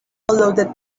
loaded